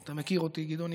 אתה מכיר אותי, גדעון.